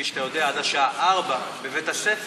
כפי שאתה יודע, עד השעה 16:00 בבית הספר.